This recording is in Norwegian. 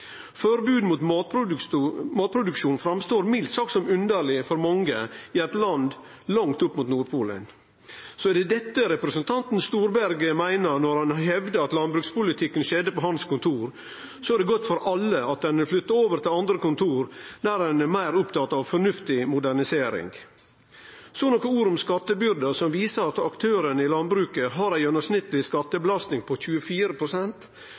Forbod mot matproduksjon framstår mildt sagt som underleg for mange i eit land langt opp mot Nordpolen. Viss det var dette representanten Storberget meinte då han hevda at landbrukspolitikken skjedde på hans kontor, er det godt for alle at han er flytta over til andre kontor der ein er meir opptatt av fornuftig modernisering. Så nokre ord om skattebyrda, som viser at aktørane i landbruket har ei gjennomsnittleg skattebelastning på